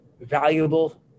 valuable